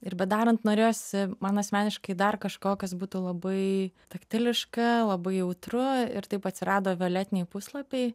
ir bedarant norėjosi man asmeniškai dar kažko kas būtų labai taktiliška labai jautru ir taip atsirado violetiniai puslapiai